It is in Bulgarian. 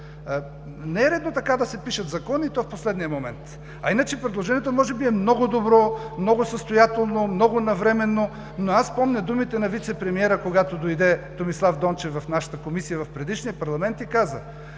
Не е редно така да се пишат закони и то в последния момент. А иначе предложението може би е много добро, много състоятелно, много навременно, но аз помня думите на вицепремиера Томислав Дончев, когато дойде в нашата Комисия в предишния парламент и каза: